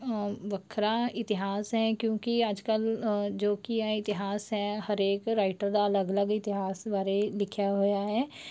ਵੱਖਰਾ ਇਤਿਹਾਸ ਹੈ ਕਿਉਂਕਿ ਅੱਜ ਕੱਲ੍ਹ ਜੋ ਕਿ ਹੈ ਇਤਿਹਾਸ ਹੈ ਹਰੇਕ ਰਾਈਟਰ ਦਾ ਅਲੱਗ ਅਲੱਗ ਇਤਿਹਾਸ ਬਾਰੇ ਲਿਖਿਆ ਹੋਇਆ ਹੈ